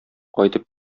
кайтып